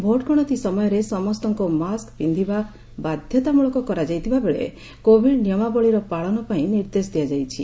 vote ଗଣତି ସମୟରେ ସମସ୍ତଙ୍କୁ ମାସ୍କ୍ ପିନ୍ଧିବା ବାଧ୍ୟତାମୂଳକ କରାଯାଇଥିବା ବେଳେ କୋଭିଡ୍ ନିୟମାବଳୀର ପାଳନ ପାଇଁ ନିର୍ଦ୍ଦେଶ ଦିଆଯାଇଛି